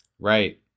Right